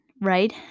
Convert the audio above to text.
right